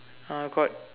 uh got